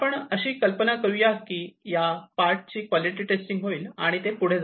आपण अशी कल्पना करूया की पुढे या पार्ट ची क्वॉलिटी टेस्टिंग होईल आणि ते पुढे जातील